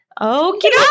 Okay